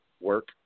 work